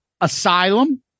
Asylum